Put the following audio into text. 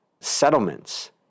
settlements